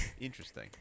interesting